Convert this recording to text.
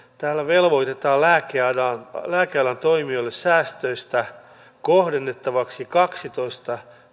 täällä velvoitetaan lääkealan lääkealan toimijoille säästöistä kohdennettavaksi kaksitoista